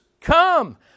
come